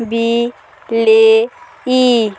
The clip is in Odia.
ବିଲେଇ